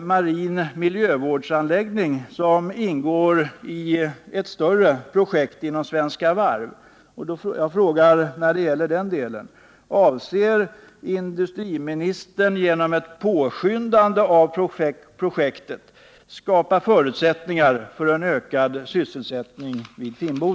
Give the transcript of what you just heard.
marin miljövårdsanläggning som ingår i ett större projekt inom Svenska Varv. Jag frågar när det gäller den delen: Avser industriministern att genom ett påskyndande av projektet skapa förutsättningar för en ökad sysselsättning vid Finnboda?